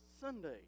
Sunday